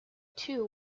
two